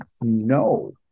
no